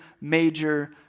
major